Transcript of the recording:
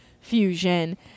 fusion